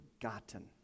forgotten